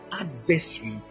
Adversary